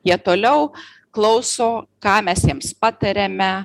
jie toliau klauso ką mes jiems patariame